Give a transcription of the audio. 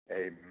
Amen